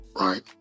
Right